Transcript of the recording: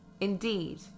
Indeed